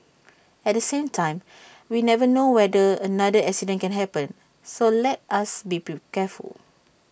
at the same time we never know whether another accident can happen so let us be careful